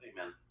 Amen